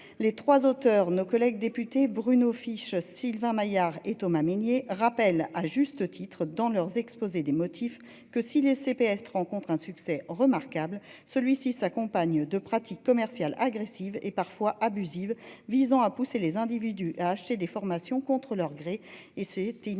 Les 3 auteurs nos collègues députés Bruno fiche Sylvain Maillard et Thomas Mesnier, rappelle à juste titre dans leur exposé des motifs que si les CPAS rencontre un succès remarquables. Celui-ci s'accompagne de pratiques commerciales agressives et parfois abusives visant à pousser les individus à acheter des formations contre leur gré et c'est inacceptable.